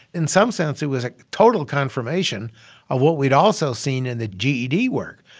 in some sense it was a total confirmation of what we'd also seen in the ged work,